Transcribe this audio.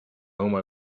home